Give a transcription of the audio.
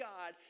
God